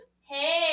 hey